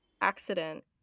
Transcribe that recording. accident